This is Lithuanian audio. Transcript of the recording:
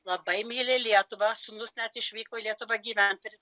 labai myli lietuvą sūnus net išvyko į lietuvą gyventi ir